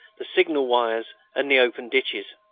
the signal wires, and the open ditches.